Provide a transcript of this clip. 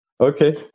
Okay